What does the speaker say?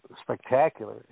spectacular